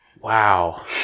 Wow